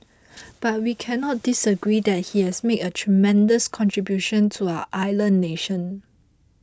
but we cannot disagree that he has made a tremendous contribution to our island nation